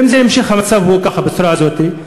ואם יימשך המצב ככה, בצורה הזאת,